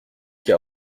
qu’à